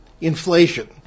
inflation